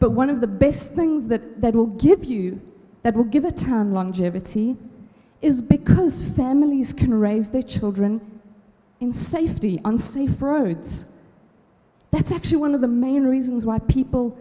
but one of the best thing that that will give you that will give it time longevity is because families can raise their children in safe the unsafe roads that's actually one of the main reasons why people